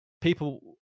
people